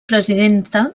presidenta